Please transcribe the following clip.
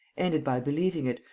ended by believing it,